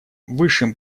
высшим